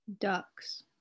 ducks